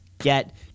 get